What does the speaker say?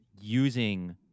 using